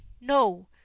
no